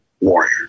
Warrior